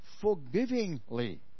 Forgivingly